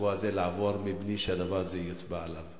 ולשבוע הזה לעבור בלי שהדבר הזה יוצבע עליו.